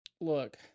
look